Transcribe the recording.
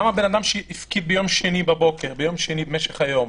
בן אדם הפקיד שיק ביום שני במשך היום,